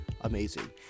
Amazing